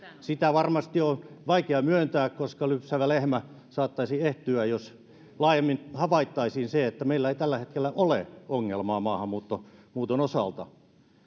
sitä varmasti on vaikea myöntää koska lypsävä lehmä saattaisi ehtyä jos laajemmin havaittaisiin että meillä ei tällä hetkellä ole ongelmaa maahanmuuton osalta